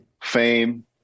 fame